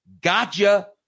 gotcha